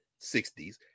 60s